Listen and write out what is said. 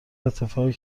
اتفاقی